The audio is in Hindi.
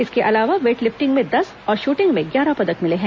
इसके अलवा वेटलिफ्टिंग में दस और शूटिंग में ग्यारह पदक मिले हैं